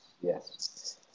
yes